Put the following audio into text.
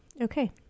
Okay